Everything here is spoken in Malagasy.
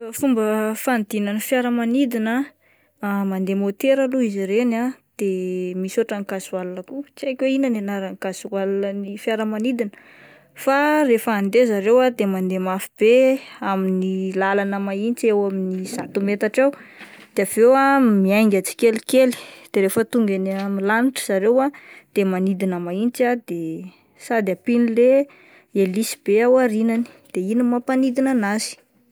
Fomba fanidinan'ny fiaramanidina, mandeha motera aloha izy ireny ah de misy ohatran'ny gasoil ko tsy haiko hoe inona ny anaran'ny gasoil an'ny fiaramanidina fa rehefa andeha zareo ah de mandeha mafy be amin'ny lalana mahintsy eo amin'ny zato metatra eo de avy eo ah miainga tsikelikeky de rehefa tonga eny amin'ny lanitra zareo ah de manidina mahintsy ah de sady ampian'le helisy be ao aorianany de iny no mampanidina anazy.